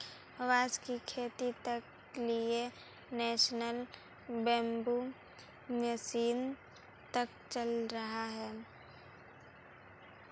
बांस की खेती तक के लिए नेशनल बैम्बू मिशन तक चल रहा है